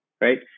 right